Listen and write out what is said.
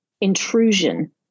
intrusion